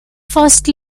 first